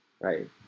right